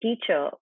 teacher